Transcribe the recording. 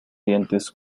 dientes